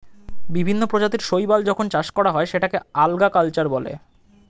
বিভিন্ন প্রজাতির শৈবাল যখন চাষ করা হয় সেটাকে আল্গা কালচার বলে